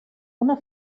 una